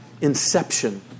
inception